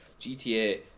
GTA